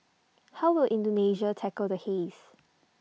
how will Indonesia tackle the haze